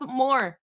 more